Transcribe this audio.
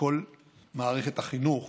לכל מערכת החינוך